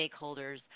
stakeholders